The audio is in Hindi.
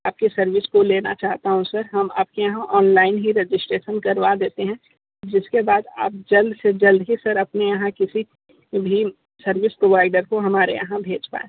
आपके सर्विस को लेना चाहता हूँ सर हम आपके यहाँ ऑनलाइन ही रेजिस्ट्रेशन करवा देते हैं जिसके बाद आप जल्द से जल्द ही सर अपने यहाँ किसी सर्विस प्रोवाइडर को हमारे यहाँ भेज पाएँ